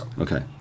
Okay